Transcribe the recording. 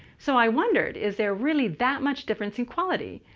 so i wondered, is there really that much difference in quality?